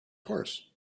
horse